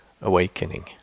awakening